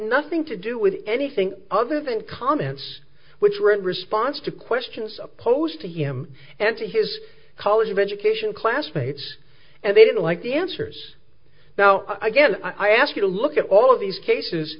nothing to do with anything other than comments which were in response to questions opposed to him and to his college education classmates and they didn't like the answers now again i ask you to look at all of these cases